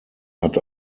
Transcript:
hat